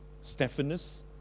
Stephanus